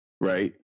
right